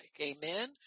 amen